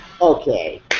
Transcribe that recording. Okay